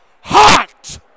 hot